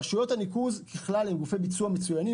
ככלל, רשויות הניקוז הם גופי ביצוע מצוינים.